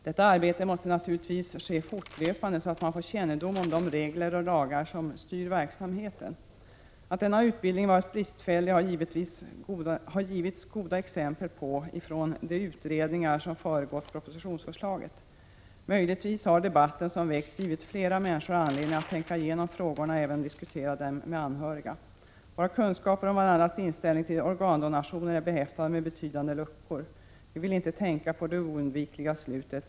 Detta arbete måste naturligtvis ske fortlöpande så att dessa människor får kännedom om de regler och lagar som styr verksamheten. Att denna utbildning varit bristfällig har det givits goda exempel på från de utredningar som föregått propositionen. Möjligtvis har debatten som väckts givit flera människor anledning att tänka igenom frågorna och även diskutera dem med anhöriga. Våra kunskaper om varandras inställning till organdonationer är behäftade med betydande luckor. Vi vill inte tänka på det oundvikliga slutet.